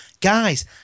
Guys